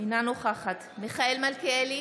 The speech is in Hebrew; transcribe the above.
אינה נוכחת מיכאל מלכיאלי,